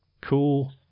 cool